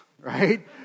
right